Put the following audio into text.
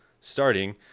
Starting